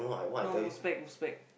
no Uzbek Uzbek